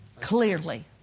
clearly